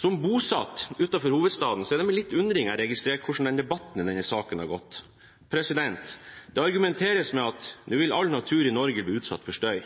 Som bosatt utenfor hovedstaden er det med litt undring jeg registrerer hvordan debatten i denne saken har gått. Det argumenteres med at nå vil all natur i Norge bli utsatt for støy.